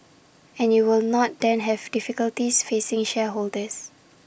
and you will not then have difficulties facing shareholders